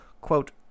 quote